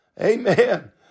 Amen